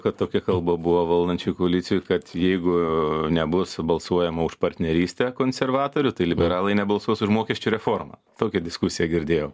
kad tokia kalba buvo valdančioj koalicijoj kad jeigu nebus balsuojama už partnerystę konservatorių tai liberalai nebalsuos už mokesčių reformą tokią diskusiją girdėjau